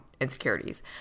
insecurities